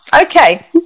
okay